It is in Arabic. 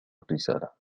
الرسالة